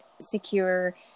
secure